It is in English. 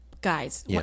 guys